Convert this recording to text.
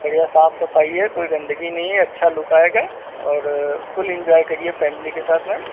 बढ़िया साफ सफाई है कोई गंदगी नहीं है अच्छा लुक आएगा और फुल ईंजॉए करिए फैमिली के साथ में